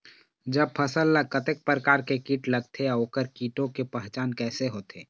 जब फसल ला कतेक प्रकार के कीट लगथे अऊ ओकर कीटों के पहचान कैसे होथे?